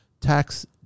tax